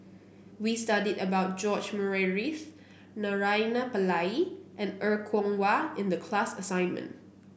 we studied about George Murray Reith Naraina Pillai and Er Kwong Wah in the class assignment